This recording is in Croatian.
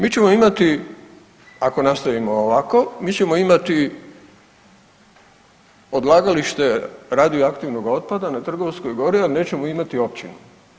Mi ćemo imati ako nastavimo ovako, mi ćemo imati odlagalište radioaktivnog otpada na Trgovskoj gori, a nećemo imati općinu.